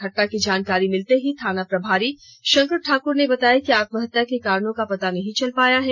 घटना की जानकारी मिलते ही थाना प्रभारी शंकर ठाकुर बताया कि आत्महत्या के कारणो का पता नहीं चल पाया है